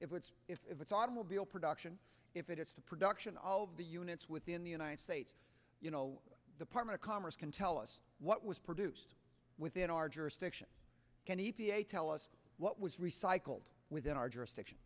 if it's if it's automobile production if it is to production all of the units within the united states you know department of commerce can tell us what was produced within our jurisdiction can e p a tell us what was recycled within our jurisdiction